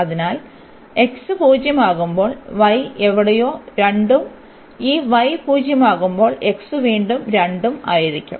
അതിനാൽ x 0 ആകുമ്പോൾ y എവിടെയോ 2 ഉം ഈ y 0 ആകുമ്പോൾ x വീണ്ടും 2 ഉം ആയിരിക്കും